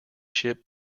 ship